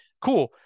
cool